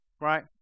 right